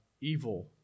evil